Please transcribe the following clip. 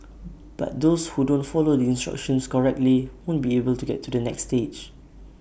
but those who don't follow the instructions correctly won't be able to get to the next stage